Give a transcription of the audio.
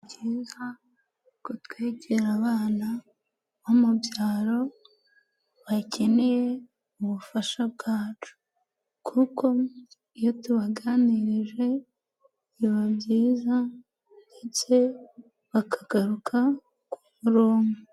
Ni byiza ko twegera abana bo mu byaro, bakeneye ubufasha bwacu, kuko iyo tubaganirije, biba byiza ndetse bakagaruka ku murongo.